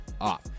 off